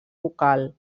vocal